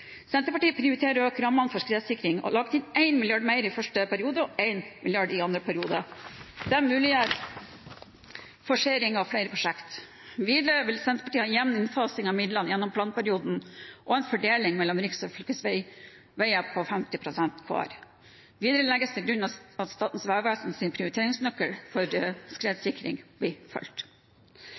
Senterpartiet prioriterer å øke rammene for skredsikring og har lagt inn 1 mrd. kr mer i første periode og 1 mrd. kr i andre periode. Dette muliggjør forsering av flere prosjekter. Videre vil Senterpartiet ha en jevn innfasing av midlene gjennom planperioden og en fordeling mellom riks- og fylkesveier på 50 pst. hver. Videre legges til grunn at Statens vegvesens prioriteringsnøkkel for skredsikring blir fulgt.